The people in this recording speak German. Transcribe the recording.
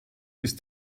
ist